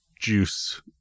juice